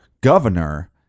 governor